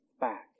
back